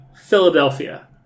Philadelphia